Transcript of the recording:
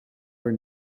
are